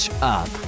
up